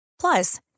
Plus